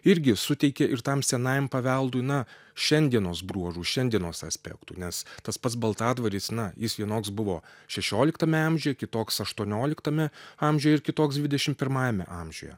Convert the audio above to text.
irgi suteikia ir tam senajam paveldui na šiandienos bruožų šiandienos aspektų nes tas pats baltadvaris na jis vienoks buvo šešioliktame amžiuje kitoks aštuonioliktame amžiuje ir kitoks dvidešim pirmajame amžiuje